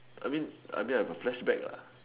I mean I mean I got flashback lah